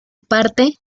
parte